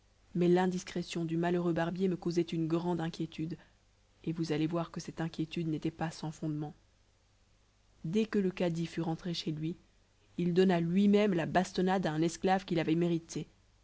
mais l'indiscrétion du malheureux barbier me causait une grande inquiétude et vous allez voir que cette inquiétude n'était pas sans fondement dès que le cadi fut rentré chez lui il donna lui-même la bastonnade à un esclave qui l'avait mérité